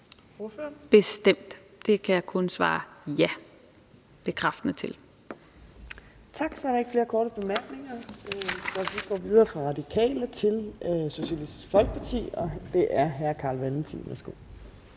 på. Kl. 18:28 Fjerde næstformand (Trine Torp): Tak. Så er der ikke flere korte bemærkninger. Vi går videre fra Radikale til Socialistisk Folkeparti, og det er hr. Carl Valentin.